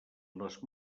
les